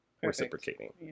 reciprocating